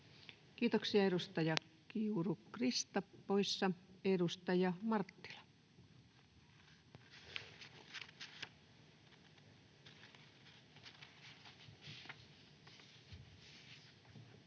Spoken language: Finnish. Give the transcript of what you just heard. Kiitoksia. — Edustaja Kiuru, Krista poissa. — Edustaja Marttila. [Speech